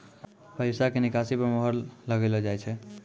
पैसा के निकासी पर मोहर लगाइलो जाय छै